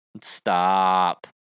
Stop